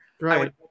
Right